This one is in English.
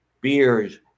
beers